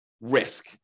risk